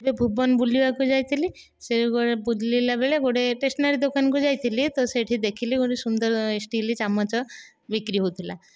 ଟିକିଏ ଭୁବନ ବୁଲିବାକୁ ଯାଇଥିଲି ସେ ବୁଲିଲା ବେଳେ ଗୋଟିଏ ସ୍ଟେସନାରି ଦୋକାନକୁ ଯାଇଥିଲି ସେଇଠି ଦେଖିଲି ଗୋଟିଏ ସୁନ୍ଦର ଷ୍ଟିଲ୍ ଚାମଚ ବିକ୍ରି ହୋଉଥିଲା